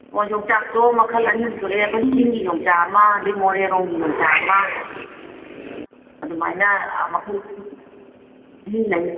ꯑꯣ ꯌꯣꯡꯆꯥꯛꯇꯣ ꯃꯈꯜ ꯑꯅꯤ ꯑꯍꯨꯝ ꯊꯣꯛꯑꯦ ꯑꯩꯈꯣꯏ ꯆꯤꯡꯒꯤ ꯌꯣꯡꯆꯥꯛ ꯑꯃ ꯑꯗꯩ ꯃꯣꯔꯦꯔꯣꯝꯒꯤ ꯌꯣꯡꯆꯥꯛ ꯑꯃ ꯑꯗꯨꯃꯥꯏꯅ ꯃꯈꯜꯁꯤ ꯑꯅꯤ ꯂꯩ